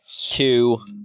two